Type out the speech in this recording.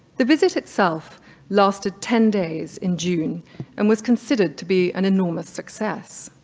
the visit itself lasted ten days in june and was considered to be an enormous success.